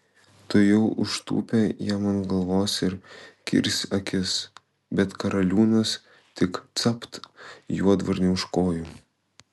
tuojau užtūpė jam ant galvos ir kirs akis bet karaliūnas tik capt juodvarnį už kojų